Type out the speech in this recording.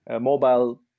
mobile